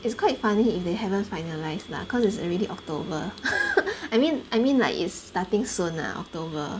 it's quite funny if they haven't finalized lah cause is already october I mean I mean like it's starting soon lah october